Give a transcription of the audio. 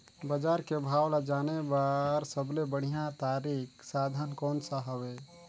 बजार के भाव ला जाने बार सबले बढ़िया तारिक साधन कोन सा हवय?